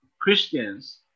christians